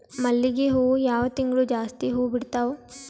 ಮಲ್ಲಿಗಿ ಹೂವು ಯಾವ ತಿಂಗಳು ಜಾಸ್ತಿ ಹೂವು ಬಿಡ್ತಾವು?